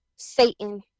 satan